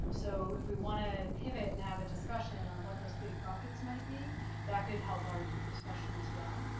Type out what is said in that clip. um so if we want to pivot and have a discussion on what those big buckets might be that could help our discussion as well.